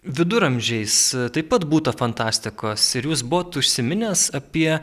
viduramžiais taip pat būta fantastikos ir jūs buvot užsiminęs apie